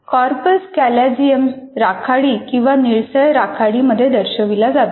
corpus callosum राखाडी किंवा निळसर राखाडी मध्ये दर्शविला जातो